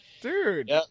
Dude